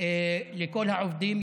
לכל העובדים,